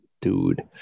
dude